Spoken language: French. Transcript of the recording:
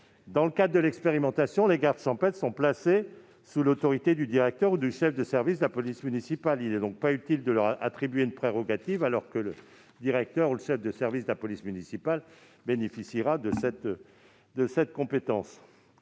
dans le cadre de cette expérimentation, les gardes champêtres sont placés sous l'autorité du directeur ou du chef de service de police municipale. Il n'est donc pas utile d'attribuer cette prérogative directement aux gardes champêtres alors que le directeur ou le chef de service de police municipale bénéficiera de cette compétence.